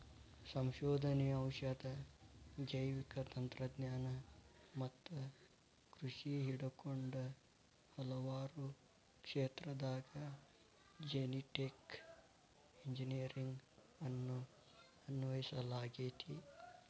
ಸಂಶೋಧನೆ, ಔಷಧ, ಜೈವಿಕ ತಂತ್ರಜ್ಞಾನ ಮತ್ತ ಕೃಷಿ ಹಿಡಕೊಂಡ ಹಲವಾರು ಕ್ಷೇತ್ರದಾಗ ಜೆನೆಟಿಕ್ ಇಂಜಿನಿಯರಿಂಗ್ ಅನ್ನು ಅನ್ವಯಿಸಲಾಗೆತಿ